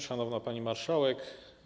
Szanowna Pani Marszałek!